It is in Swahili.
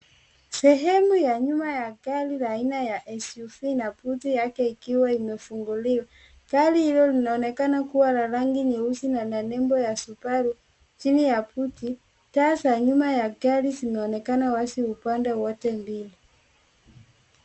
Sehemu ya nyuma ya gari la aina ya SUV na buti yake ikiwa imefunguliwa, gari hilo linaonekana kua na rangi nyeusi na nembo ya subaru chini ya buti, taa za nyuma ya gari zimeonekana wazi upande wote mbili.